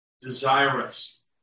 desirous